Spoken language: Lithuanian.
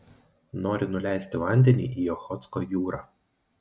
nori nuleisti vandenį į ochotsko jūrą